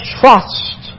trust